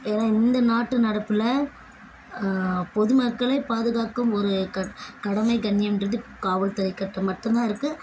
ஏன்னால் இந்த நாட்டு நடப்பில் பொதுமக்களைப் பாதுகாக்கும் ஒரு க கடமை கண்ணியம்ன்றது காவல்துறைக்கிட்டே மட்டும்தான் இருக்குது